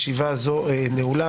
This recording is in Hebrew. ישיבה זאת נעולה,